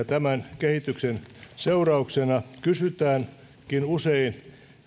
tämän kehityksen seurauksena kysytäänkin usein